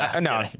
No